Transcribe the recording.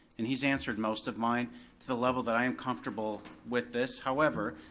and he's answered most of mine to the level that i am comfortable with this, however,